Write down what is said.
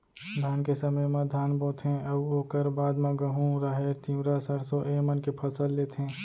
धान के समे म धान बोथें अउ ओकर बाद म गहूँ, राहेर, तिंवरा, सरसों ए मन के फसल लेथें